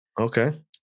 Okay